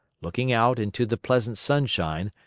looking out into the pleasant sunshine,